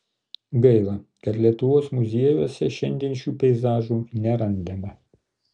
gaila kad lietuvos muziejuose šiandien šių peizažų nerandame